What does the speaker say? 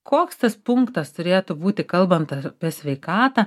koks tas punktas turėtų būti kalbant apie sveikatą